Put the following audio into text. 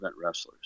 wrestlers